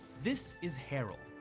this is harold.